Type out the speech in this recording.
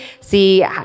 see